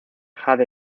jade